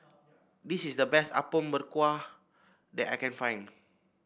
this is the best Apom Berkuah that I can find